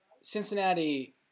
Cincinnati